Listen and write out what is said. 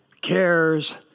cares